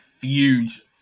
huge